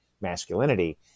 masculinity